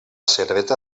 serreta